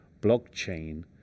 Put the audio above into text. blockchain